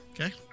Okay